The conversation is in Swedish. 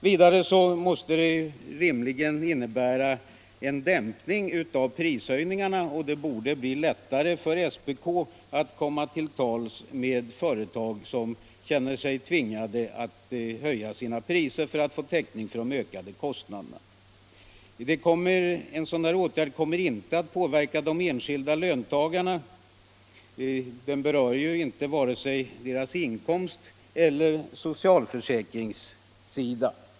Vidare måste det rimligen innebära en dämpning av prishöjningarna, och det borde bli lättare för SPK att komma till tals med företag som känner sig tvingade att höja sina priser för att få täckning för de ökade kostnaderna. En sådan åtgärd kommer inte att påverka de enskilda löntagarna. Den berör ju inte deras inkomst eller socialförsäkringssida.